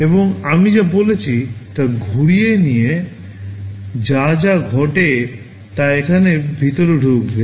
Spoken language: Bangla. এবং আমি যা বলেছি তা ঘুরিয়ে নিয়ে যা যা ঘটে তা এখানে ভিতরে ঢুকবে